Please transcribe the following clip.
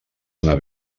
anar